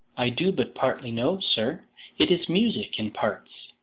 i do but partly know, sir it is music in parts.